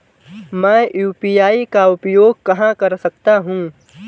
मैं यू.पी.आई का उपयोग कहां कर सकता हूं?